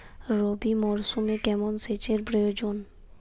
রবি মরশুমে কেমন সেচের প্রয়োজন?